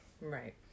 right